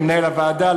למנהל הוועדה,